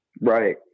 right